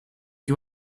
you